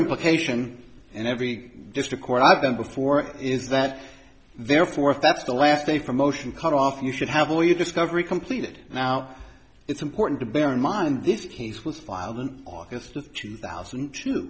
implication and every district court i've done before is that therefore if that's the last day for a motion cut off you should have all your discovery completed now it's important to bear in mind this case was filed in august of two thousand